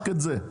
רק את זה.